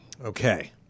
Okay